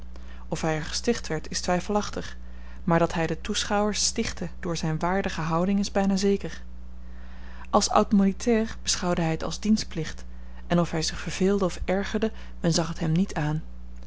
of hij er gesticht werd is twijfelachtig maar dat hij de toeschouwers stichtte door zijne waardige houding is bijna zeker als oud militair beschouwde hij het als dienstplicht en of hij zich verveelde of ergerde men zag het hem niet aan